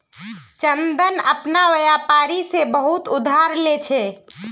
चंदन अपना व्यापारी से बहुत उधार ले छे